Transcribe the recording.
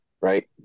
right